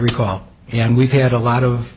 recall and we've had a lot of